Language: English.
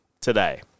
today